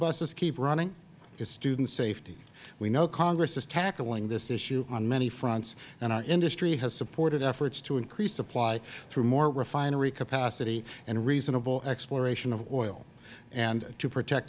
buses keep running is student safety we know congress is tackling this issue on many fronts and our industry has supported efforts to increase supply through more refinery capacity and reasonable exploration of oil and to protect